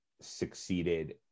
succeeded